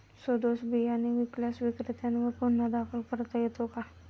सदोष बियाणे विकल्यास विक्रेत्यांवर गुन्हा दाखल करता येतो का?